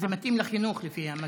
זה מתאים לחינוך, לפי המזכירות.